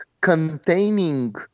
containing